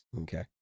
Okay